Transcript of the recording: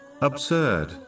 absurd